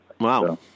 Wow